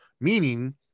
meaning